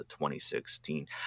2016